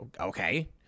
Okay